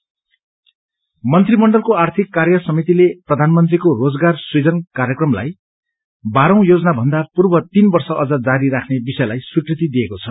employment मंत्रीमण्डलको आर्थिक र्काय समितिले प्रधानमंत्रीको रोजगार सृजन काप्रक्रमलाई बाह्रऔ योजनाभन्दा पूर्व तीपत्रन वर्ष अझ जारी राख्ने विषयलाई स्वीकृति दिएको छ